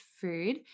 food